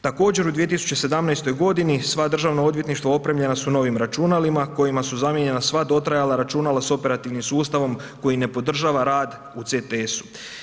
Također u 2017. godini sva državna odvjetništva opremljena su novim računalima kojima su zamijenjena sva dotrajala računa s operativnim sustavom koji ne podržava rad u CTS-u.